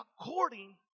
according